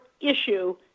issue